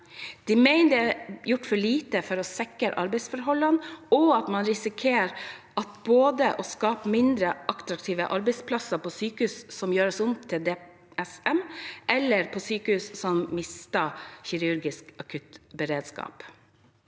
De mener det er gjort for lite for å sikre arbeidsforholdene, og at man risikerer å skape mindre attraktive arbeidsplasser både på sykehus som gjøres om til DMS, distriktsmedisinske senter, og på sykehus som mister kirurgisk akuttberedskap.